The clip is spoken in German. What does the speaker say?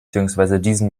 diesen